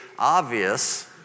obvious